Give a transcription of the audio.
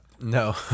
no